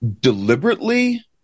deliberately –